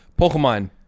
Pokemon